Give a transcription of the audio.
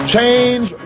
Change